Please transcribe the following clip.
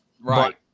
Right